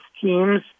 Teams